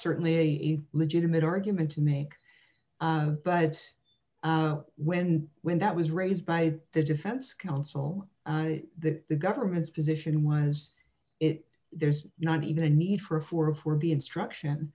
certainly a legitimate argument to make but when when that was raised by the defense counsel that the government's position was it there's not even a need for if we're for be instruction